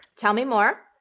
tell me more.